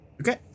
Okay